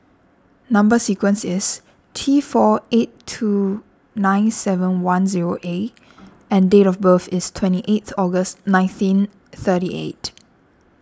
Number Sequence is T four eight two nine seven one zero A and date of birth is twenty eight August nineteen thirty eight